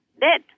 dead